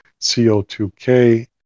CO2K